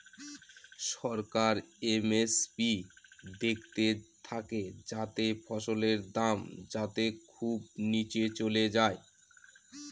সরকার MSP দেখতে থাকে যাতে ফসলের দাম যাতে খুব নীচে চলে যায়